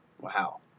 Wow